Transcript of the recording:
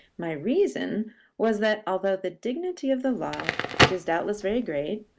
my reason was that although the dignity of the law, which is doubtless very great,